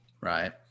Right